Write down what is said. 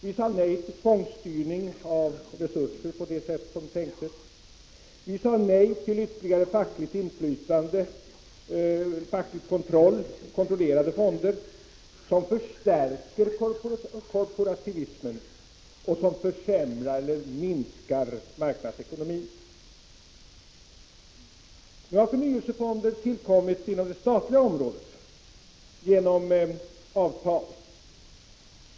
Vi sade nej till tvångsstyrning av resurser på det sätt som tänktes, nej till ytterligare fackligt inflytande och fackligt kontrollerade fonder som förstärker korporativismen och minskar marknadsekonomin. Nu har förnyelsefonder tillkommit även inom det statliga området genom avtal.